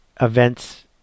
events